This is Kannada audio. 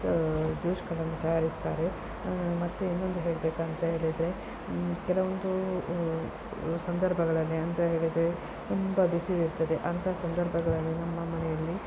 ಜ್ಯೂಸ್ಗಳನ್ನು ತಯಾರಿಸ್ತಾರೆ ಮತ್ತೆ ಇನ್ನೊಂದು ಹೇಳಬೇಕಂತ ಹೇಳಿದರೆ ಕೆಲವೊಂದು ಸಂದರ್ಭಗಳಲ್ಲಿ ಅಂತ ಹೇಳಿದರೆ ತುಂಬ ಬಿಸಿಲಿರ್ತದೆ ಅಂಥ ಸಂದರ್ಭಗಳಲ್ಲಿ ನಮ್ಮ ಮನೆಯಲ್ಲಿ